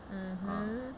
mm !huh!